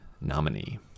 nominee